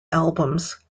albums